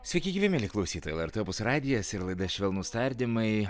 sveiki gyvi mieli klausytojai lrt opus radijas ir laida švelnūs tardymai